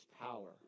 power